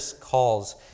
calls